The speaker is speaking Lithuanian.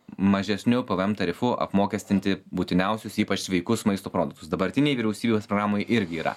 mažesniu pvm tarifu apmokestinti būtiniausius ypač sveikus maisto produktus dabartinėj vyriausybės programoj irgi yra